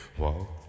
walk